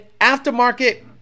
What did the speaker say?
aftermarket